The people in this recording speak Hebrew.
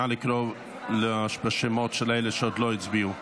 נא לקרוא בשמות של אלה שעוד לא הצביעו.